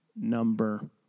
number